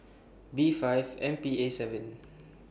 B five M P A seven